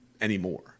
anymore